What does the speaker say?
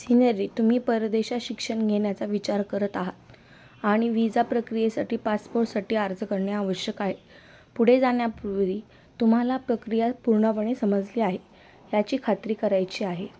scenery तुम्ही परदेशात शिक्षण घेण्याचा विचार करत आहात आणि वीजा प्रक्रियेसाठी पासपोर्टसाठी अर्ज करणे आवश्यक आहे पुढे जाण्यापूर्वी तुम्हाला प्रक्रिया पूर्णपणे समजली आहे याची खात्री करायची आहे